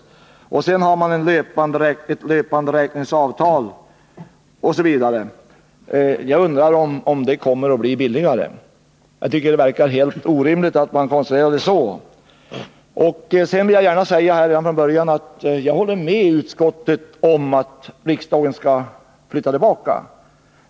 Vidare står det bl.a. att det finns ett löpande-räknings-avtal. Jag undrar om det här verkligen kommer att bli billigare. Enligt min mening verkar det helt orimligt med den här konstruktionen. Jag vill från början gärna säga att jag håller med utskottet om att riksdagen bör flytta tillbaka.